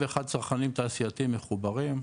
81 צרכנים תעשייתיים מחוברים,